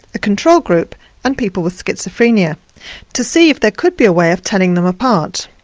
a control group and people with schizophrenia to see if there could be a way of telling them apart.